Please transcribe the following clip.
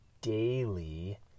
daily